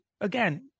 again